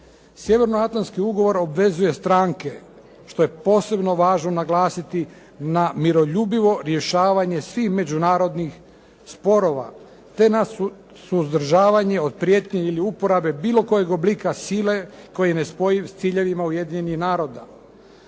Sjevernoatlanski ugovor obvezuje stranke, što je posebno važno naglasiti na miroljubivo rješavanje svih međunarodnih sporova, te na suzdržavanje od prijetnje ili uporabe bilo kojeg oblika sile koji je nespojiv sa ciljevima Ujedinjenih naroda.